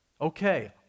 okay